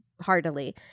heartily